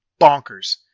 bonkers